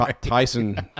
Tyson